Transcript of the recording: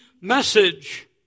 message